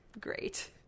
Great